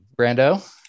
brando